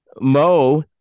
Mo